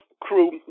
crew